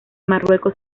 marruecos